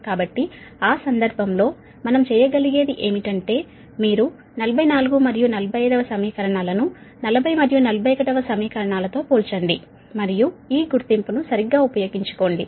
కాబట్టి ఆ సందర్భంలో మనం చేయగలిగేది ఏమిటంటే మీరు 44 మరియు 45 వ సమీకరణాలను 40 మరియు 41 వ సమీకరణాలతో పోల్చండి మరియు ఈ గుర్తింపును సరిగ్గా ఉపయోగించుకోండి